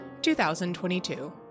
2022